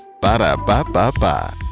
Ba-da-ba-ba-ba